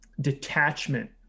detachment